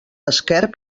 esquerp